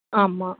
ஆமாம்